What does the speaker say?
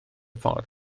ffordd